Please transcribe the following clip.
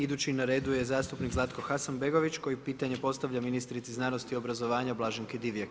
Idući na redu je zastupnik Zlatko Hasanbegović koji pitanje postavlja ministrici znanosti i obrazovanja Blaženki Divjak.